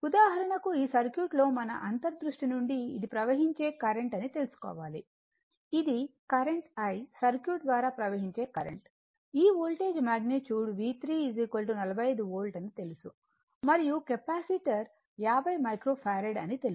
ఉదాహరణకు ఈ సర్క్యూట్లో మన అంతర్ దృష్టి నుండి ఇది ప్రవహించే కరెంట్ అని తెలుసుకోవాలి ఇది కరెంట్ I సర్క్యూట్ ద్వారా ప్రవహించే కరెంట్ ఈ వోల్టేజ్ మాగ్నిట్యూడ్ V3 45 వోల్ట్ అని తెలుసు మరియు కెపాసిటర్ 50 మైక్రో ఫారడ్ అని తెలుసు